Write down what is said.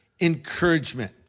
Encouragement